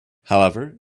however